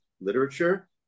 literature